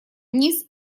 вниз